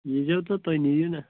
ییٖزیو تہٕ تُہۍ نِیِو نہ